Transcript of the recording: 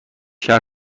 شهر